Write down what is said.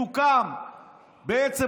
בעצם,